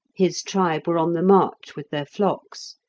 his tribe were on the march with their flocks,